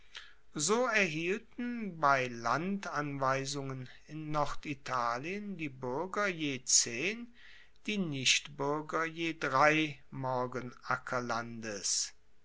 so erhielten bei landanweisungen in norditalien die buerger je zehn die nichtbuerger je drei